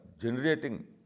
generating